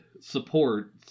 support